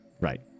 Right